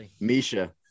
Misha